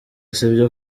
sibyo